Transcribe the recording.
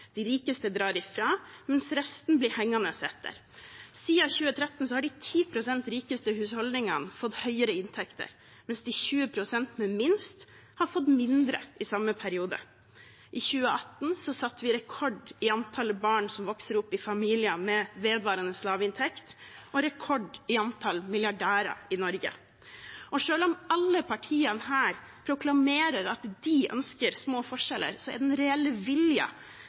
De rikeste drar ifra, mens resten blir hengende etter. Siden 2013 har de 10 pst. rikeste husholdningene fått høyere inntekter, mens de 20 pst. med minst har fått mindre i samme periode. I 2018 satte vi rekord i antall barn som vokser opp i familier med vedvarende lavinntekt og rekord i antall milliardærer i Norge. Selv om alle partiene her proklamerer at de ønsker små forskjeller, er den reelle